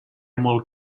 molt